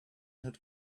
had